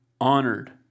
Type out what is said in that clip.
honored